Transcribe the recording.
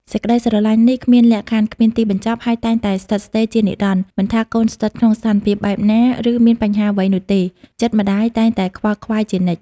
សេចក្ដីស្រឡាញ់នេះគ្មានលក្ខខណ្ឌ គ្មានទីបញ្ចប់ ហើយតែងតែស្ថិតស្ថេរជានិរន្តរ៍។ មិនថា កូនស្ថិតក្នុងស្ថានភាពបែបណា ឬមានបញ្ហាអ្វីនោះទេ ចិត្តម្ដាយតែងតែខ្វាយខ្វល់ជានិច្ច។